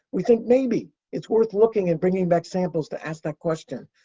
we think maybe. it's worth looking and bringing back samples, to ask that question.